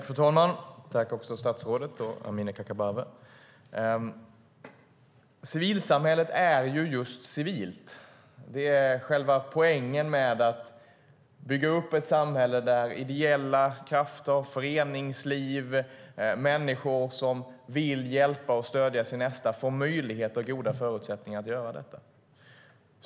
Fru talman! Tack, statsrådet och Amineh Kakabaveh! Civilsamhället är just civilt. Det är själva poängen med att bygga upp ett samhälle där ideella krafter, föreningsliv och människor som vill hjälpa och stödja sin nästa får möjlighet och goda förutsättningar att göra detta.